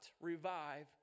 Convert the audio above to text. revive